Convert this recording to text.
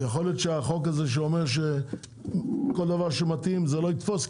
ויכול להיות שהחוק הזה שאומר שכל דבר שמתאים זה לא יתפוס,